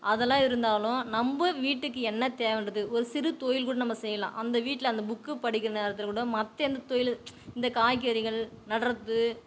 அதெல்லாம் இருந்தாலும் நம்ப வீட்டுக்கு என்ன தேவைன்றது ஒரு சிறு தொழில் கூட நம்ப செய்யலாம் அந்த வீட்டில் அந்த புக்கு படிக்கிற நேரத்தில் கூடம் மற்ற எந்த தொழில் இந்த காய்கறிகள் நடுறது